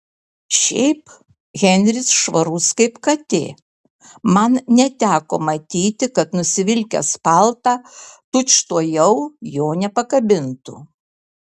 šiaip henris švarus kaip katė man neteko matyti kad nusivilkęs paltą tučtuojau jo nepakabintų